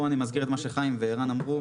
פה אני מזכיר את מה שחיים וערן אמרו.